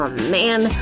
um man,